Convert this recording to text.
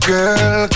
Girl